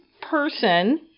person